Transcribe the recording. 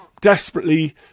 desperately